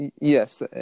Yes